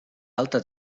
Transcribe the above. alta